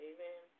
Amen